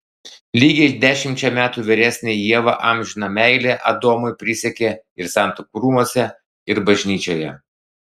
lygiai dešimčia metų vyresnė ieva amžiną meilę adomui prisiekė ir santuokų rūmuose ir bažnyčioje